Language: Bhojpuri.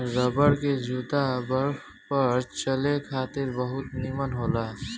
रबर के जूता बरफ पर चले खातिर बहुत निमन होला